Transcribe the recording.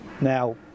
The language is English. now